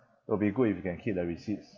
it'll be good if you can keep the receipts